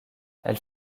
elle